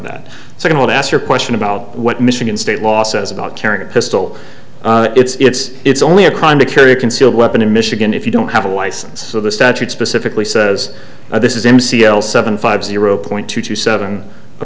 that so i will ask your question about what michigan state law says about carrying a pistol it's it's only a crime to carry a concealed weapon in michigan if you don't have a license so the statute specifically says this is m c l seven five zero point two two seven a